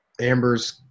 Amber's